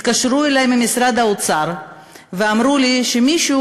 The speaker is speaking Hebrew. התקשרו אלי ממשרד האוצר ואמרו לי שמישהו